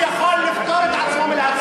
לא, מי שמציג, הוא יכול לפטור את עצמו מלהציג.